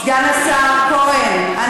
סגן השר כהן,